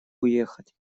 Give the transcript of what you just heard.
уехать